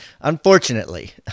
Unfortunately